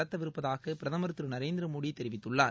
நடத்தவிருப்பதாகபிரதமர் திருநரேந்திரமோடிதெரிவித்துள்ளார்